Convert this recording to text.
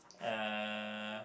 uh